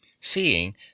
seeing